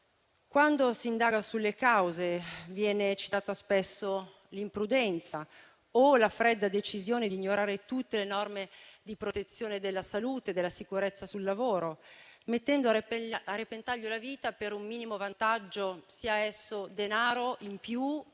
Quando si indaga sulle cause viene citata spesso l'imprudenza o la fredda decisione di ignorare tutte le norme di protezione della salute e della sicurezza sul lavoro, mettendo a repentaglio la vita per un minimo vantaggio, sia esso denaro in più o